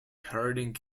herding